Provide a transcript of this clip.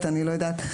ואני לא יודעת.